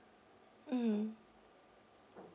mm